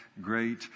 great